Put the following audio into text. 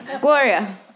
Gloria